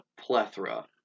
plethora